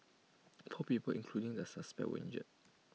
four people including the suspect were injured